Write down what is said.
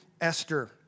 Esther